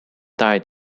died